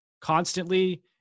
constantly